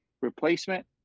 replacement